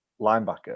linebacker